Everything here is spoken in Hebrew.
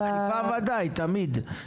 אכיפה וודאי, תמיד.